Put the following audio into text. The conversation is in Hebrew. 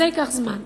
זה ייקח זמן.